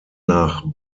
nach